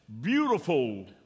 beautiful